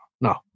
no